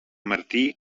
martí